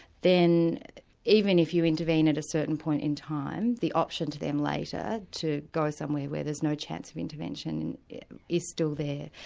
then even if you intervene at a certain point in time, the option to them later to go somewhere where there's no chance of intervention, is still there.